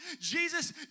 Jesus